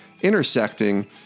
intersecting